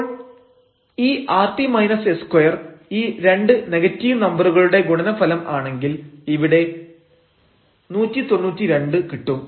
അപ്പോൾ ഈ rt s2 ഈ 2 നെഗറ്റീവ് നമ്പറുകളുടെ ഗുണനഫലം ആണെങ്കിൽ ഇവിടെ 192 കിട്ടും